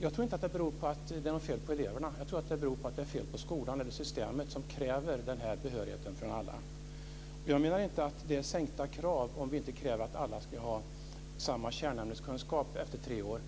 Jag tror inte att det beror på att det är fel på eleverna, utan det är fel på skolan eller systemet, som kräver denna behörighet från alla. Jag menar inte att det är sänkta krav om vi inte kräver att alla ska ha samma kärnämneskunskap efter tre år.